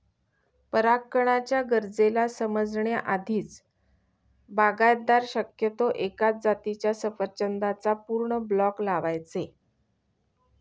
परागकणाच्या गरजेला समजण्या आधीच, बागायतदार शक्यतो एकाच जातीच्या सफरचंदाचा पूर्ण ब्लॉक लावायचे